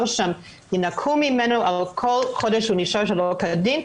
שם ינכו על כל חודש שהוא נשאר שלא כדין,